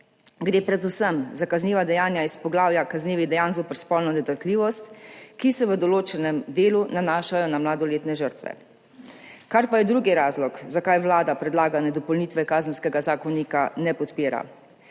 Gre predvsem za kazniva dejanja iz poglavja kaznivih dejanj zoper spolno nedotakljivost, ki se v določenem delu nanašajo na mladoletne žrtve. Kar pa je drugi razlog, zakaj vlada predlagane dopolnitve Kazenskega zakonika ne podpira,